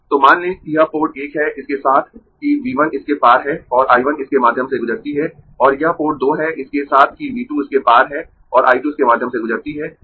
तो मान लें कि यह पोर्ट 1 है इसके साथ कि V 1 इसके पार है और I 1 इसके माध्यम से गुजरती है और यह पोर्ट 2 है इसके साथ कि V 2 इसके पार है और I 2 इसके माध्यम से गुजरती है